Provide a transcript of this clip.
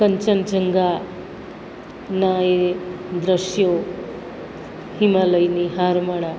કાંચનજંઘાનાં એ દૃશ્યો હિમાલયની હારમાળા